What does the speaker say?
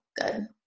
good